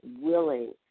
willing